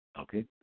Okay